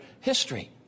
history